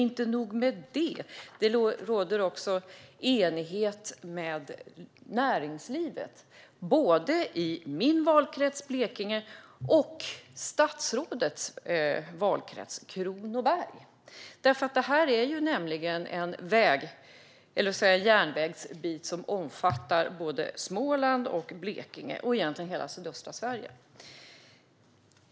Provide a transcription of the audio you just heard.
Inte nog med det: Det råder enighet med näringslivet både i min valkrets, Blekinge, och i statsrådets valkrets, Kronoberg. Detta är nämligen en järnvägsbit som omfattar Småland, Blekinge och egentligen hela sydöstra Sverige.